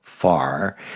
far